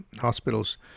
Hospitals